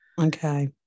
Okay